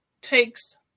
takes